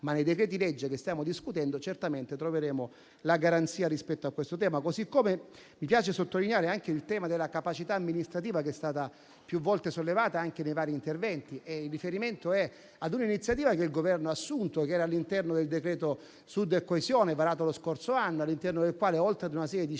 nei decreti-legge che stiamo discutendo troveremo certamente la garanzia rispetto a questo tema. Mi piace sottolineare anche il tema della capacità amministrativa, che è stata più volte sollevata nei vari interventi. Il riferimento è a un'iniziativa che il Governo ha assunto e che era all'interno del decreto Sud e coesione varato lo scorso anno. Al suo interno, oltre a una serie di